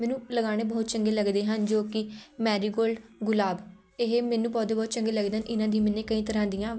ਮੈਨੂੰ ਲਗਾਉਣੇ ਬਹੁਤ ਚੰਗੇ ਲੱਗਦੇ ਹਨ ਜੋ ਕਿ ਮੈਰੀਗੋਲਡ ਗੁਲਾਬ ਇਹ ਮੈਨੂੰ ਪੌਦੇ ਬਹੁਤ ਚੰਗੇ ਲੱਗਦੇ ਹਨ ਇਹਨਾਂ ਦੀ ਮੈਨੇ ਕਈ ਤਰ੍ਹਾਂ ਦੀਆਂ